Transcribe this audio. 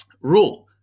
rule